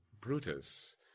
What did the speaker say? brutus